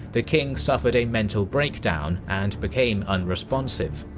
the king suffered a mental breakdown and became unresponsive.